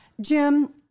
Jim